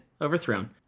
overthrown